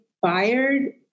fired